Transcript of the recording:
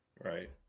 Right